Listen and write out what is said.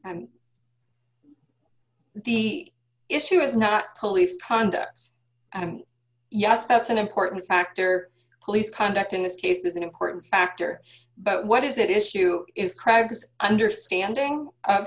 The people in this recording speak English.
the issue is not police conduct and yes that's an important factor police conduct in this case is an important factor but what is that issue is crags understanding of